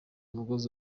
umugozi